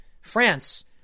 France